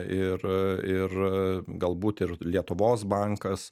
ir ir galbūt ir lietuvos bankas